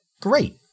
great